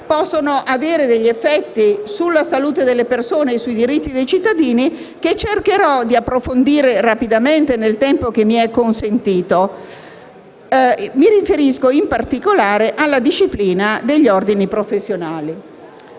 possono avere degli effetti sulla salute delle persone e sui diritti dei cittadini, che cercherò di approfondire rapidamente, nel tempo che mi è consentito. Mi riferisco, in particolare, alla disciplina degli ordini professionali,